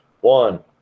one